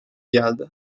geldi